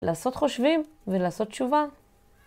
לעשות חושבים ולעשות תשובה